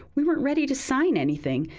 we weren't ready to sign anything.